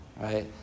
right